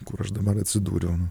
kur aš dabar atsidūriau